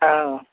हाँ